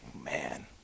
Man